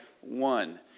one